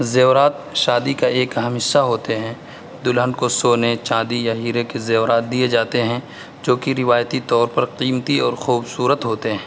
زیورات شادی کا ایک اہم حصّہ ہوتے ہیں دلہن کو سونے چاندی یا ہیرے کے زیورات دیے جاتے ہیں جو کہ روایتی طور پر قیمتی اور خوبصورت ہوتے ہیں